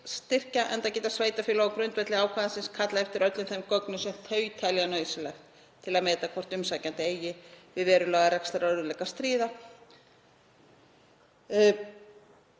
enda geta sveitarfélög á grundvelli ákvæðisins kallað eftir öllum þeim gögnum sem þau telja nauðsynleg til að meta hvort umsækjandi eigi við verulega rekstrarörðugleika að stríða